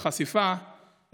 בחשיפה,